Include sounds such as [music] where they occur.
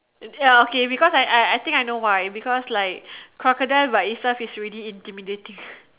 you tell okay because I I I think I know why because like crocodile by itself is already intimidating [breath]